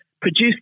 produced